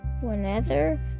whenever